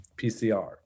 PCR